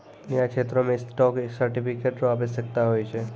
न्याय क्षेत्रो मे स्टॉक सर्टिफिकेट र आवश्यकता होय छै